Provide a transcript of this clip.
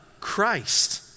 Christ